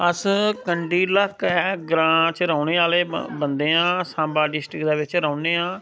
अस्स कंडी लाह्कै ग्रां च रौहने आह्ले बंदे आं साम्बा डिस्ट्रिक्ट दे बिच्च रौह्ने आं